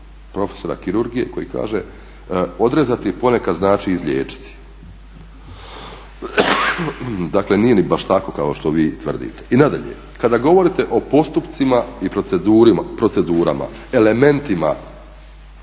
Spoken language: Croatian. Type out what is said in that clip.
profesora kirurgije koji kaže, "Odrezati ponekad znači izliječiti2, dakle nije baš tako kao što vi tvrdite. I nadalje, kada govorite o postupcima i procedurama, elementima